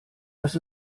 dass